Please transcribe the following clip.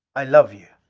i love you.